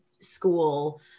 School